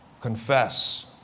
confess